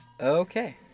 Okay